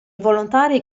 volontari